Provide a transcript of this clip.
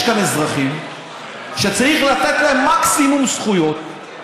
יש כאן אזרחים שצריך לתת להם מקסימום זכויות,